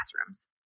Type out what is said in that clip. classrooms